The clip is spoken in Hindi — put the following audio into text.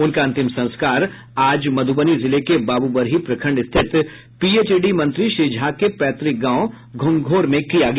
उनका अंतिम संस्कार आज मधुबनी जिले के बाबूबरही प्रखंड स्थित पीएचईडी मंत्री श्री झा के पैतृक गांव घोंघौर में किया गया